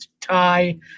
tie